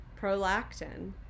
prolactin